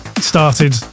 started